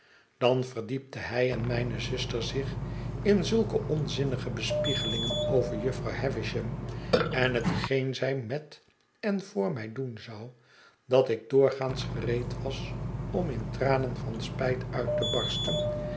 dan verdiepten hij en mijne zuster zich in zulke onzinnige bespiegelingen over jufvrouw havisham en hetgeen zij met en voor mij doen zou dat ik doorgaans gereed was om in tranen van spijt uit te barsten